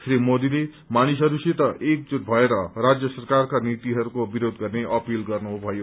श्री मोदीले मानिसहरूसित एकजुट भएर राज्य सरकारका नीतिहरूको विरोध गर्ने अपील गर्नुभयो